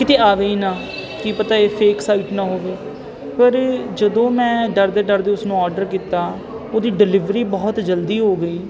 ਕਿਤੇ ਆਵੇ ਹੀ ਨਾ ਕੀ ਪਤਾ ਇਹ ਫੇਕ ਸਾਈਡ ਨਾ ਹੋਵੇ ਪਰ ਜਦੋਂ ਮੈਂ ਡਰਦੇ ਡਰਦੇ ਉਸਨੂੰ ਆਰਡਰ ਕੀਤਾ ਉਹਦੀ ਡਿਲੀਵਰੀ ਬਹੁਤ ਜਲਦੀ ਹੋ ਗਈ